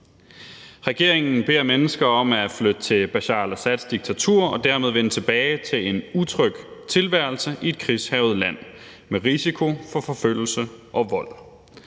Regeringen beder mennesker om at flytte til Bashar al-Assads diktatur og dermed vende tilbage til en utryg tilværelse i et krigshærget land med risiko for forfølgelse og vold.